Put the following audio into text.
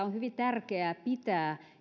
on hyvin tärkeää pitää